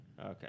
Okay